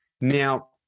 now